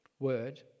word